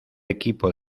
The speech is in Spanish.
equipo